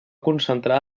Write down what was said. concentrar